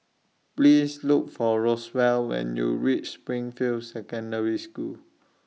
Please Look For Roswell when YOU REACH Springfield Secondary School